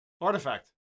Artifact